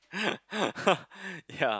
yeah